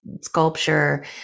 sculpture